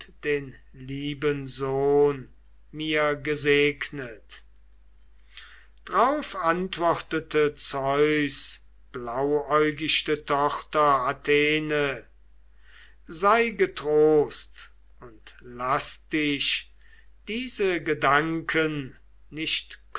den lieben sohn mir gesegnet drauf antwortete zeus blauäugichte tochter athene sei getrost und laß dich diese gedanken nicht